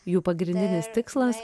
jų pagrindinis tikslas